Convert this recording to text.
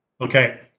Okay